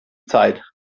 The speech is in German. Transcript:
zeit